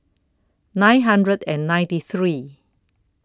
nine hundred and ninety three